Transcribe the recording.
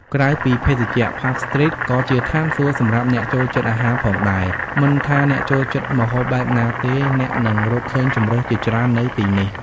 ក្រៅពីភេសជ្ជៈ ផាប់ ស្ទ្រីត ក៏ជាឋានសួគ៌សម្រាប់អ្នកចូលចិត្តអាហារផងដែរ មិនថាអ្នកចូលចិត្តម្ហូបបែបណាទេ អ្នកនឹងរកឃើញជម្រើសជាច្រើននៅទីនេះ។